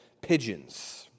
pigeons